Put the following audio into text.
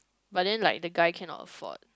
but then like the guy cannot afford